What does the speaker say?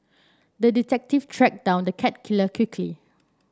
the detective tracked down the cat killer quickly